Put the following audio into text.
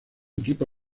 equipo